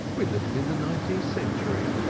we're living in the nineteenth century.